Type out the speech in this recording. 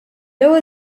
ewwel